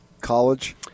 college